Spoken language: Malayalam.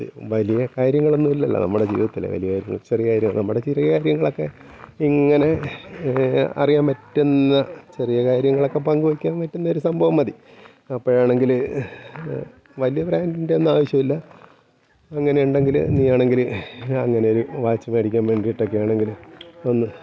ഒത്തിരി വലിയ കാര്യങ്ങളൊന്നും ഇല്ലല്ലോ നമ്മുടെ ജീവിതത്തിൽ വലിയകാര്യം ചെറിയകാര്യം നമ്മുടെ ചെറിയ കാര്യങ്ങളൊക്കെ ഇങ്ങനെ അറിയാൻ പറ്റുന്ന ചെറിയ കാര്യങ്ങളൊക്കെ പങ്കുവെക്കാൻ പറ്റുന്നൊരു സംഭവം മതി അപ്പോഴാണെങ്കിൽ വലിയ ബ്രാൻഡിൻ്റെ ഒന്നും ആവശ്യം ഇല്ല അങ്ങനെയുണ്ടെങ്കിൽ നീ വേണമെങ്കിൽ അങ്ങനെയൊരു വാച്ച് മേടിക്കാൻ വേണ്ടീട്ടൊക്കെയാണെങ്കിൽ ഒന്ന്